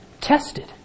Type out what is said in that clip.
tested